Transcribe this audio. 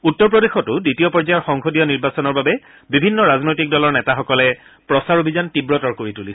উত্তৰ প্ৰদেশতো দ্বিতীয় পৰ্যায়ৰ সংসদীয় নিৰ্বাচনৰ বাবে বিভিন্ন ৰাজনৈতিক দলৰ নেতাসকলে প্ৰচাৰ অভিযান তীৱতৰ কৰি তুলিছে